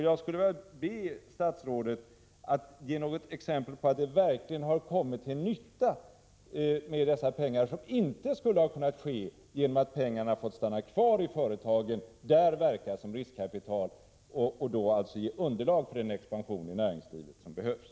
Jag skulle vilja be statsrådet att ge något exempel på att pengarna verkligen varit till nytta på ett sätt som inte skulle ha varit möjligt, om pengarna fått stanna kvar i företaget och där fått verka som riskkapital och ge underlag för den expansion i näringslivet som behövs.